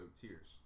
tears